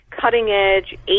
cutting-edge